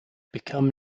become